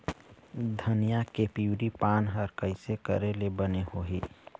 धनिया के पिवरी पान हर कइसे करेले बने होही?